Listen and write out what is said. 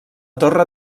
torre